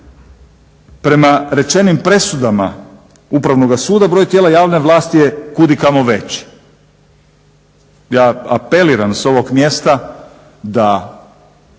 Prema rečenim presudama Upravnoga suda broj tijela javne vlasti je kudikamo veći. Ja apeliram s ovog mjesta da